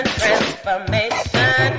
transformation